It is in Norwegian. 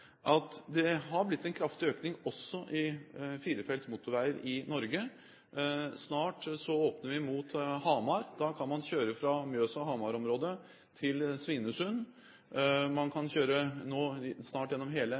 har blitt en kraftig økning også av firefelts motorveier i Norge. Snart åpner vi mot Hamar, og da kan man kjøre fra Mjøsa/Hamar-området til Svinesund. Man kan nå snart kjøre gjennom hele